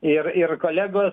ir ir kolegos